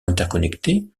interconnectés